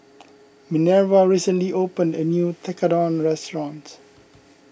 Minerva recently opened a new Tekkadon restaurant